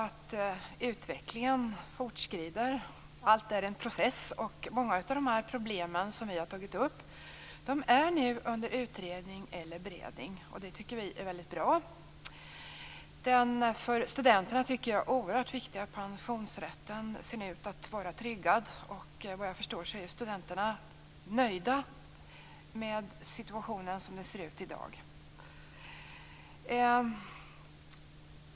Utvecklingen fortskrider. Allt är en process. Många av problemen som vi har tagit upp är under utredning eller beredning. Det tycker vi är bra. Den för studenterna oerhört viktiga pensionsrätten ser ut att vara tryggad, och vad jag förstår är studenterna nöjda med situationen som den ser ut i dag.